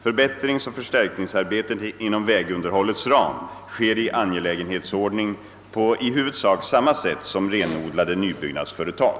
Förbättringsoch förstärkningsarbeten inom vägunderhållets ram sker i angelägenhetsordning på i huvudsak samma sätt som renodlade nybyggnadsföretag.